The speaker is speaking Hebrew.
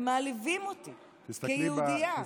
הם מעליבים אותי כיהודייה.